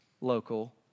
local